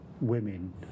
women